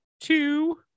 two